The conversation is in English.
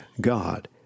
God